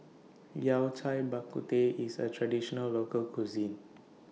Yao Cai Bak Kut Teh IS A Traditional Local Cuisine